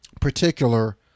particular